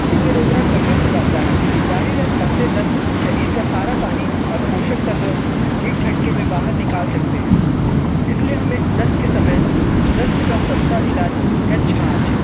इसे रोकना कठिन हो जाता है जाहिर है पतले दस्त शरीर का सारा पानी और पोषक तत्व एक झटके में बाहर निकाल सकते हैं इसलिए हमें दस्त के समय दस्त का सस्ता इलाज है छाछ